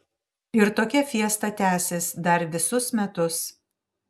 ir tokia fiesta tęsis dar visus metus